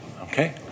okay